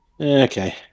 okay